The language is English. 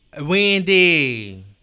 Wendy